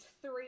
three